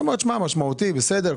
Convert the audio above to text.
אתה אומר משמעותית בסדר.